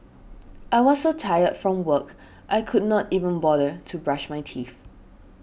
I was so tired from work I could not even bother to brush my teeth